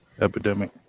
epidemic